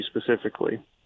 specifically